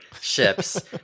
ships